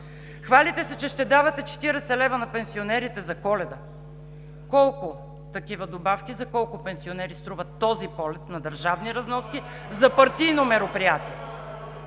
Хвалите се, че ще давате 40 лв. на пенсионерите за Коледа. Колко такива добавки за колко пенсионери струва този полет на държавни разноски за партийно мероприятие?